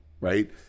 right